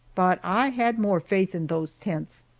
but i had more faith in those tents,